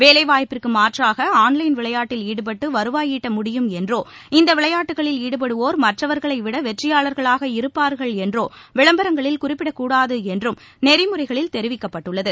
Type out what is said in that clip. வேலைவாய்ப்பிற்கு மாற்றாக ஆன்லைன் விளையாட்டில் ஈடுபட்டு வருவாய் ஈட்ட முடியும் என்றோ இந்த விளையாட்டுகளில் ஈடுபடுவோர் மற்றவர்களைவிட வெற்றியாளர்களாக இருப்பார்கள் என்றோ விளம்பரங்களில் குறிப்பிடக்கூடாது என்றும் நெறிமுறைகளில் தெரிவிக்கப்பட்டுள்ளது